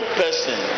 person